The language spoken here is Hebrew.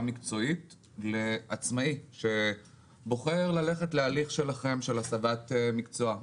מקצועית לעצמאי שבוחר ללכת להליך שלכם להסבת מקצוע.